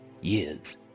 years